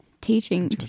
Teaching